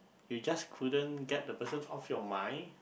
you just couldn't get the person off your mind